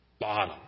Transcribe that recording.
bottom